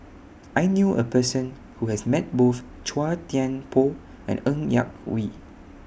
I knew A Person Who has Met Both Chua Thian Poh and Ng Yak Whee